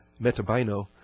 metabino